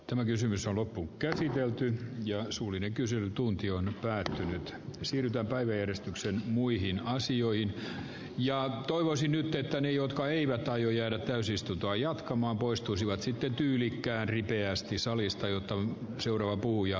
tämä kysymys on loppuun käsiteltynä ja suullinen kyselytunti on päättänyt siirtää oileristyksen muihin asioihin ja toivoisi nyt että ne jotka eivät aio jäädä täysistuntoa jatkamaan poistuisivat sitten tyylikkään ripeästi saalista jota seuraa puu ja